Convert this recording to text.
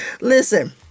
Listen